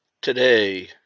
Today